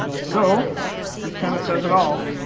so this kind of says it all.